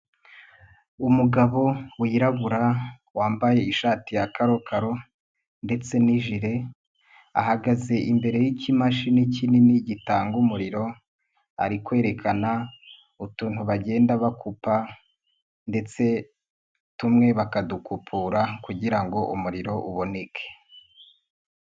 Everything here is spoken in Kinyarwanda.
Umugabo wirabura wambaye ishati ya karokaro ndetse n'ijire ahagaze imbere y'ikimashini kinini gitanga umuriro ari kwerekana utuntu bagenda bakupa ndetse tumwe bakadukupura kugira ngo umuriro uboneke.